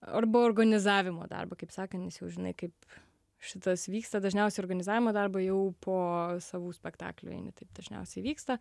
arba organizavimo darbą kaip sakant nes jau žinai kaip šitas vyksta dažniausiai organizavimo darbo jau po savų spektaklių eini taip dažniausiai vyksta